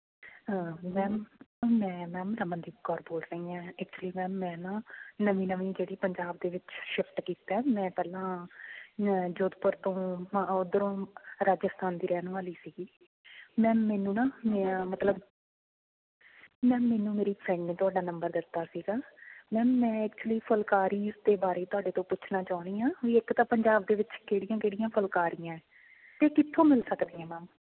ma'am ਮੈਂ ma'am Ramandeep Kaur ਬੋਲ ਰਹੀ ਹਾਂ ਐਕੁਚਲ਼ੀ ਮੈਮ ਮੈਂ ਨਾ ਨਵੀਂ ਨਵੀਂ ਜਿਹੜੀ ਪੰਜਾਬ ਦੇ ਵਿੱਚ ਸ਼ਿਫਟ ਕੀਤਾ ਮੈਂ ਪਹਿਲਾਂ ਮੈਂ ਜੋਧਪੁਰ ਤੋਂ ਉੱਧਰੋਂ ਰਾਜਸਥਾਨ ਦੀ ਰਹਿਣ ਵਾਲੀ ਸੀਗੀ ਮੈਮ ਮੈਨੂੰ ਨਾ ਮੈਂ ਮਤਲਬ ਮੈਮ ਮੈਨੂੰ ਮੇਰੀ ਫਰੈਂਡ ਨੇੇ ਤੁਹਾਡਾ ਨੰਬਰ ਦਿੱਤਾ ਸੀਗਾ ਮੈਮ ਮੈਂ ਐਕਚੁਲੀ ਫੁਲਕਾਰੀ ਦੇ ਬਾਰੇ ਤੁਹਾਡੇ ਤੋਂ ਪੁੱਛਣਾ ਚਾਹੁੰਦੀ ਹਾਂ ਵੀ ਇੱਕ ਤਾਂ ਪੰਜਾਬ ਦੇ ਵਿੱਚ ਕਿਹੜੀਆਂ ਕਿਹੜੀਆਂ ਫੁਲਕਾਰੀਆਂ ਅਤੇ ਕਿੱਥੋਂ ਮਿਲ ਸਕਦੀਆਂ ਮੈਮ